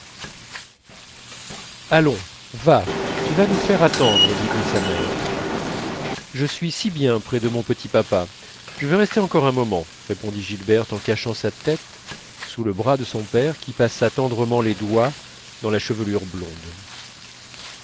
allons va tu vas nous faire attendre lui dit sa mère je suis si bien près de mon petit papa je veux rester encore un moment répondit gilberte en cachant sa tête sous le bras de son père qui passa tendrement les doigts dans la chevelure blonde